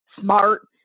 smart